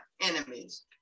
enemies